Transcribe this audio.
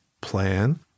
plan